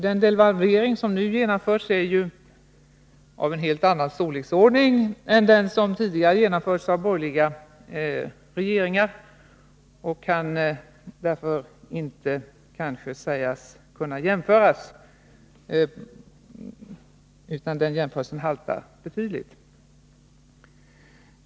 Den devalvering som nu genomförts är ju av en helt annan storleksordning än de som tidigare genomfördes av borgerliga regeringar. Kanske går det därför inte att göra en jämförelse — en sådan jämförelse haltar betydligt.